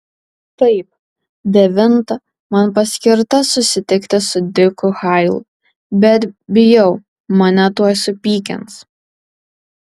taip devintą man paskirta susitikti su diku hailu bet bijau mane tuoj supykins